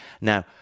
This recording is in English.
Now